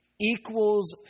equals